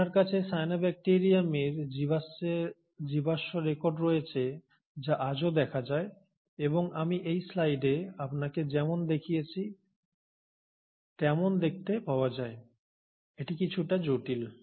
আপনার কাছে সায়ানোব্যাকটেরিয়ামের জীবাশ্ম রেকর্ড রয়েছে যা আজও দেখা যায় এবং আমি এই স্লাইডে আপনাকে যেমন দেখিয়েছি তেমন দেখতে পাওয়া যায় এটি কিছুটা জটিল